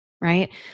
right